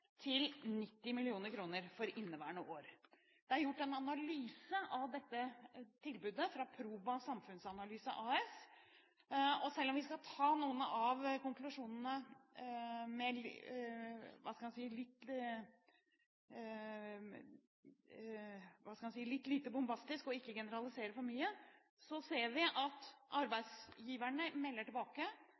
til 90 mill. kr for inneværende år. Det er gjort en analyse av dette tilbudet fra Proba samfunnsanalyse, og selv om vi skal ta noen av konklusjonene litt lite – hva skal en si – bombastisk og ikke generalisere for mye, ser vi at arbeidsgiverne melder tilbake